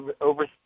over